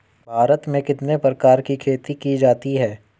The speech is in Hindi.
भारत में कितने प्रकार की खेती की जाती हैं?